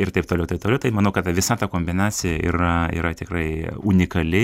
ir taip toliau taip toliau tai manau kad ta visa ta kombinacija yra yra tikrai unikali